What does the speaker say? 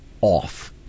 off